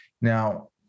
Now